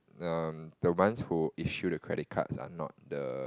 um the ones who issue the credit cards are not the